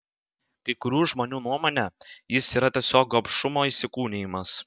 kai kurių žmonių nuomone jis yra tiesiog gobšumo įsikūnijimas